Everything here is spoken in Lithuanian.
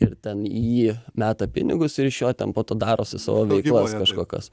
ir ten į jį meta pinigus ir iš jo ten po to darosi savo veiklas kažkokias